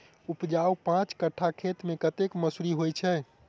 उपजाउ पांच कट्ठा खेत मे कतेक मसूरी होइ छै?